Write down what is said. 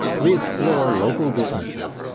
we explore local businesses,